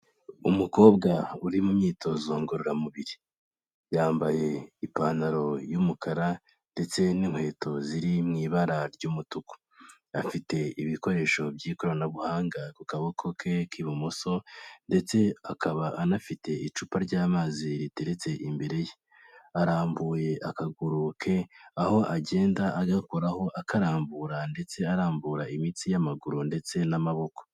Umukobwa uri mu myitozo ngororamubiri. Yambaye ipantaro y'umukara ndetse n'inkweto ziri mu ibara ry'umutuku. Afite ibikoresho by'ikoranabuhanga ku kaboko ke k'ibumoso, ndetse akaba anafite icupa ry'amazi riteretse imbere ye. Arambuye akaguru ke, aho agenda agakoraho akarambura ndetse arambura imitsi y'amaguru ndetse n'amaboko.